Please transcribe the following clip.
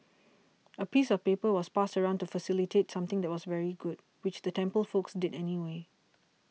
a piece of paper was passed around to facilitate something that was very good which the temple folks did anyway